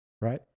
right